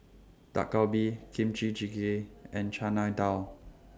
Dak Galbi Kimchi Jjigae and Chana Dal